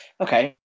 Okay